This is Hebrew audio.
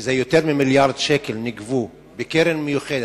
שזה יותר ממיליארד שקל שנגבו והלכו לקרן מיוחדת,